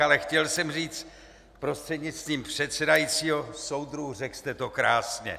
Ale chtěl jsem říct prostřednictvím předsedajícího: Soudruhu, řekl jste to krásně.